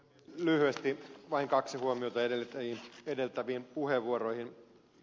lyhyesti vain kaksi huomiota edeltäviin puheenvuoroihin